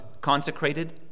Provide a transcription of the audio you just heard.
consecrated